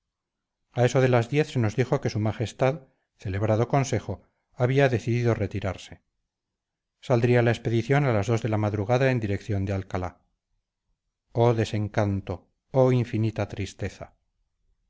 a eso de las diez se nos dijo que s m celebrado consejo había decidido retirarse saldría la expedición a las dos de la madrugada en dirección de alcalá oh desencanto oh infinita tristeza